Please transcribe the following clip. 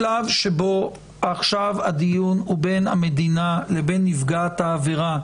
ועכשיו הדיון הוא בין המדינה לבין נפגעת העבירה.